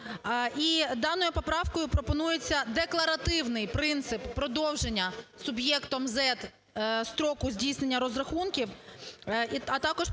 даною поправкою пропонується декларативний принцип продовження суб'єктом ЗЕД строку здійснення розрахунків. А також пропонується